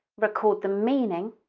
record the meaning,